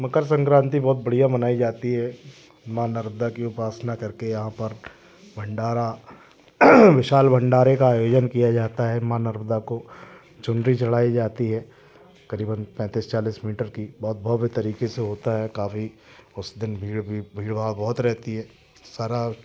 मकर संक्रांति बहुत बढ़िया मनाई जाती है माँ नर्मदा की उपासना करके यहाँ पर भंडारा विशाल भंडारे का आयोजन किया जाता है माँ नर्मदा को चुंदरी चढ़ाई जाती है करीबन पैतीस चालीस मीटर की बहुत भव्य तरीके से होता है काफ़ी उस दिन भीड़ भी भीड़ वहाँ बहुत रहती है सारा